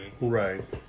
Right